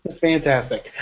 Fantastic